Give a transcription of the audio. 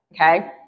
Okay